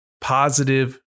positive